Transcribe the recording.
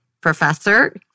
professor